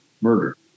murder